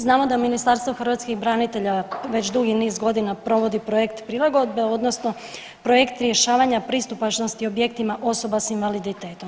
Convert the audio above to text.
Znamo da Ministarstvo hrvatskih branitelja već dugi niz godina provodi projekt prilagodbe odnosno projekt rješavanja pristupačnosti objektima osoba s invaliditetom.